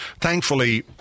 Thankfully